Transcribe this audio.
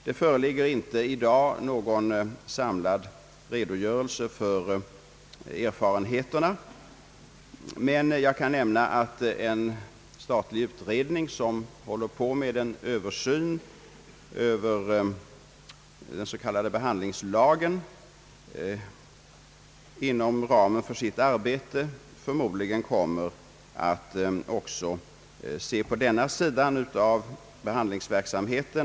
Det föreligger inte i dag någon samlad redogörelse för erfarenheterna. Men jag kan nämna att en statlig utredning, som arbetar med en översyn av den s.k. behandlingslagen, inom ramen för sitt arbete förmodligen också kommer att syssla med denna sida av behandlingsverksamheten.